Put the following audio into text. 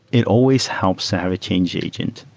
it always helps to have a change agent.